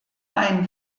ein